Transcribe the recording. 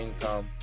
income